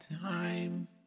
time